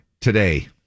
today